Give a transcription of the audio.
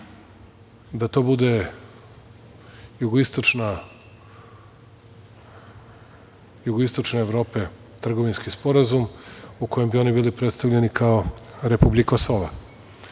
da to bude jugoistočne Evrope trgovinski sporazum u kojem bi oni bili predstavljeni kao republika